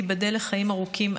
תיבדל לחיים ארוכים,